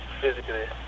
physically